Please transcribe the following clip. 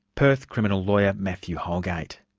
perth criminal lawyer, matthew holgate.